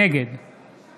נגד